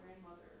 grandmother